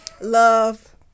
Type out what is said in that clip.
love